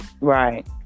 right